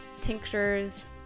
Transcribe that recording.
tinctures